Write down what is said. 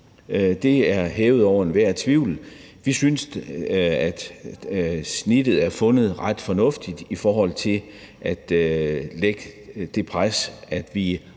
at vi skal passe på hinanden. Vi synes, at snittet er fundet ret fornuftigt i forhold til at lægge det pres, at vi har